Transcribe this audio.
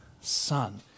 son